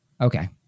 Okay